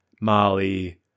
Molly